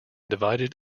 divided